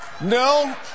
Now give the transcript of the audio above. No